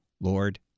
Lord